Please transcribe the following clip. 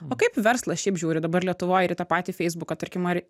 o kaip verslas šiaip žiūri dabar lietuvoj ir į tą patį feisbuką tarkim ar